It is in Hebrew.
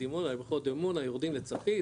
דימונה יורדים לצפית,